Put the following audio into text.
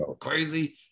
crazy